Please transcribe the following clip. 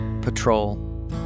patrol